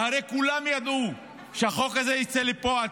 והרי כולם ידעו שהחוק הזה יצא לפועל,